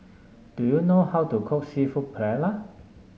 do you know how to cook seafood Paella